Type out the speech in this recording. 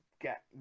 get